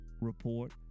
Report